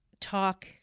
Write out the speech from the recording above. talk